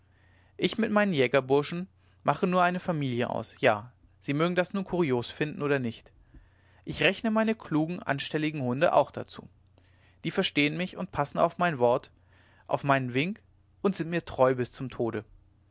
ich mit meinen jägerburschen mache nur eine familie aus ja sie mögen das nun kurios finden oder nicht ich rechne meine klugen anstelligen hunde auch dazu die verstehen mich und passen auf mein wort auf meinen wink und sind mir treu bis zum tode